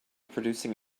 producing